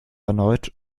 erneut